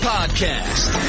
Podcast